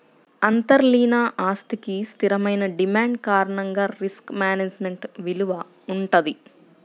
అంతర్లీన ఆస్తికి స్థిరమైన డిమాండ్ కారణంగా రిస్క్ మేనేజ్మెంట్ విలువ వుంటది